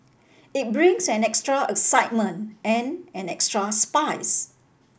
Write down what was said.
it brings an extra excitement and an extra spice